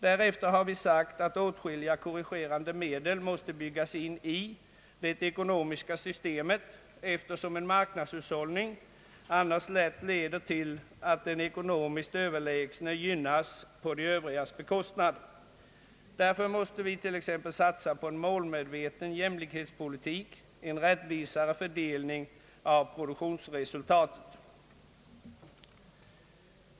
Därefter har vi sagt att åtskilliga korrigerande medel måste byggas in i det ekonomiska «systemet, eftersom en marknadshushållning annars lätt leder till att den ekonomiskt överlägsne gynnas på de övrigas bekostnad. Därför mäste vi t.ex. satsa på en målmedveten jämlikhetspolitik, en rättvisare fördelning av produktionsresultatet.